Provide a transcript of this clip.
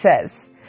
says